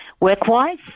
Work-wise